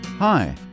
Hi